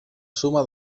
suma